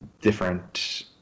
different